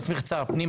להסמיך את שר הפנים,